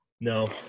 No